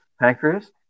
pancreas